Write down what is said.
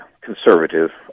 conservative